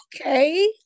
okay